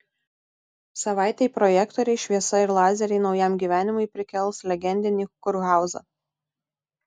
savaitei projektoriai šviesa ir lazeriai naujam gyvenimui prikels legendinį kurhauzą